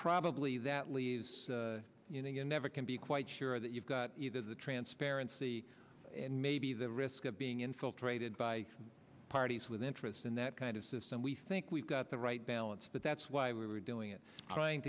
probably that leaves you know you never can be quite sure that you've got either the transparency and maybe the risk of being infiltrated by parties with interest in that kind of system we think we've got the right balance but that's why we're doing it trying